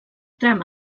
tram